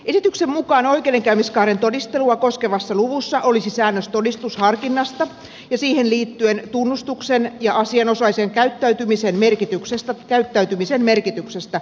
esityksen mukaan oikeudenkäymiskaaren todistelua koskevassa luvussa olisi säännös todistusharkinnasta ja siihen liittyen tunnustuksen ja asianosaisen käyttäytymisen merkityksestä todisteena